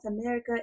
America